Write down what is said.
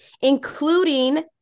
including